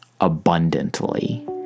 abundantly